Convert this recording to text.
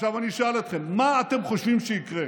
עכשיו אני אשאל אתכם: מה אתם חושבים שיקרה